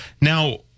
Now